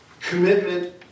commitment